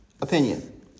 opinion